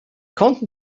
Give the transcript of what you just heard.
konnten